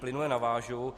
Plynule navážu.